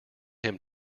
him